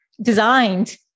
designed